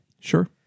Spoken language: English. Sure